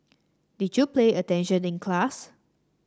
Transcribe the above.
did you play attention in class